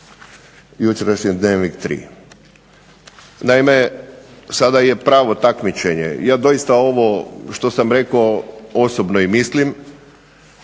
jučerašnji Dnevnik 3. Naime, sada je pravo takmičenje, ja doista ovo što sam rekao osobno i mislim